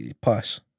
Pass